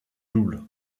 double